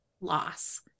loss